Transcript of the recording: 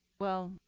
well,